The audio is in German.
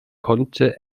konnte